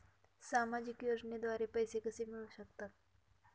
सामाजिक योजनेद्वारे पैसे कसे मिळू शकतात?